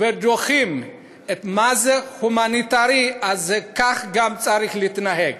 ודוחים מה זה הומניטרי, כך גם צריך להתנהג.